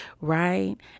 right